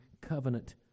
covenant